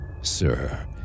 Sir